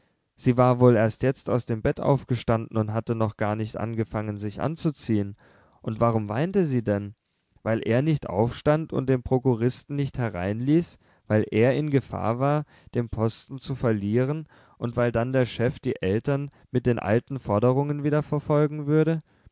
sie war wohl erst jetzt aus dem bett aufgestanden und hatte noch gar nicht angefangen sich anzuziehen und warum weinte sie denn weil er nicht aufstand und den prokuristen nicht hereinließ weil er in gefahr war den posten zu verlieren und weil dann der chef die eltern mit den alten forderungen wieder verfolgen würde